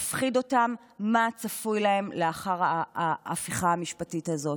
מפחיד אותם מה צפוי להם לאחר ההפיכה המשפטית הזאת,